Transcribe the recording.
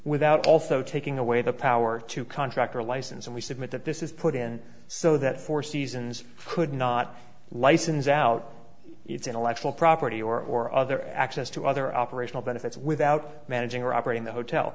without also taking away the power to contract or license and we submit that this is put in so that four seasons could not license out its intellectual property or or other access to other operational benefits without managing or operating the hotel